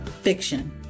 Fiction